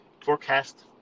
forecast